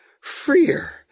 freer